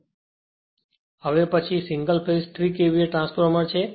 તેથી હવે પછી એક સિંગલ ફેઝ 3 KVA ટ્રાન્સફોર્મર છે